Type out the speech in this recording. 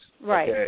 Right